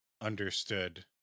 understood